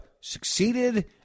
succeeded